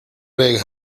big